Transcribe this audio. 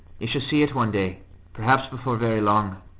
you shall see it one day perhaps before very long.